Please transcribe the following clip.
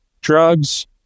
drugs